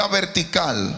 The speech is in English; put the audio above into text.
vertical